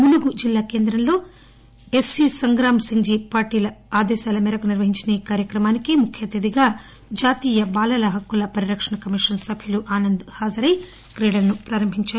ములుగు జిల్లా కేంద్రంలో ఎస్పీ సంగ్రామ్ సింగ్ జీ పాటిల్ అదేశాల మేరకు నిర్వహించిన ఈ కార్యక్రమానికి ముఖ్య అతిథిగా జాతీయ బాలల హక్కుల పరిరక్షణ కమిషన్ సభ్యులు ఆనంద్ హాజరై క్రీడలను ప్రారంబించారు